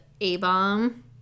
a-bomb